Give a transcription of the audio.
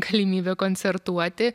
galimybė koncertuoti